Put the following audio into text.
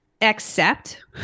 accept